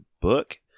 book